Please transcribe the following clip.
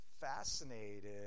fascinated